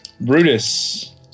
Brutus